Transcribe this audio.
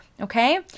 Okay